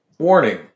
Warning